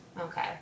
Okay